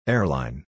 Airline